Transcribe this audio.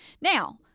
Now